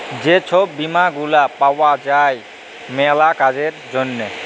যে ছব বীমা গুলা পাউয়া যায় ম্যালা কাজের জ্যনহে